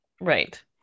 Right